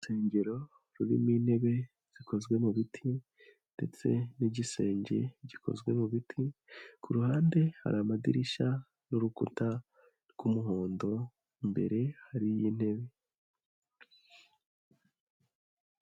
Urusengero rurimo intebe zikozwe mu biti ndetse n'igisenge gikozwe mu biti, ku ruhande hari amadirishya n'urukuta rw'umuhondo, imbere hariyo intebe.